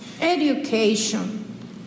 education